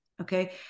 okay